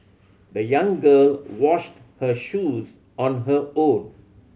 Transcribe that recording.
the young girl washed her shoes on her own